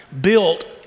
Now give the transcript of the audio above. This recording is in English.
built